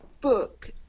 book